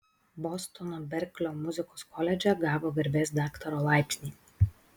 bostono berklio muzikos koledže gavo garbės daktaro laipsnį